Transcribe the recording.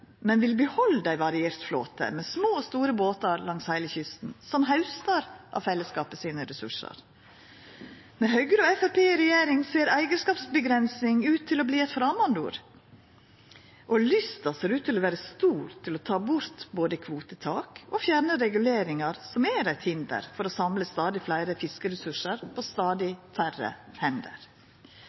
men vil behalda ein variert flåte med små og store båtar langs heile kysten, som haustar av fellesskapet sine ressursar. Med Høgre og Framstegspartiet i regjering ser eigarskapsavgrensing ut til å verta eit framandord, og lysta ser ut til å vera stor til både å ta bort kvotetak og å fjerna reguleringar, som er eit hinder for å samla stadig fleire fiskeressursar på stadig færre hender.